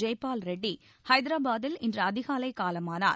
ஜெய்பால் ரெட்டி ஹைதராபாத்தில் இன்று அதிகாலை காலமானார்